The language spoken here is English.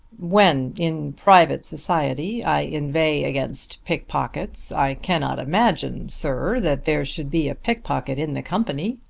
when in private society i inveigh against pickpockets i cannot imagine, sir, that there should be a pickpocket in the company.